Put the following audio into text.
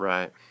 Right